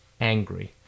angry